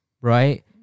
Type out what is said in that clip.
right